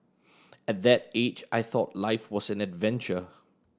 at that age I thought life was an adventure